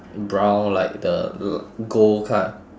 brown like the gold